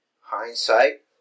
Hindsight